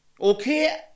Okay